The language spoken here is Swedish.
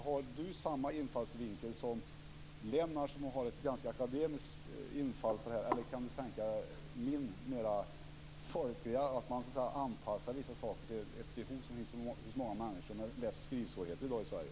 Har hon samma infallsvinkel som Lennart Fridén, som har en ganska akademisk infallsvinkel på detta, eller kan hon tänka sig min mera folkliga, dvs. att man anpassar vissa saker till ett behov som finns eftersom det finns många människor med läs och skrivsvårigheter i dag i Sverige?